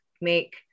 make